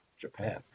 Japan